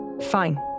Fine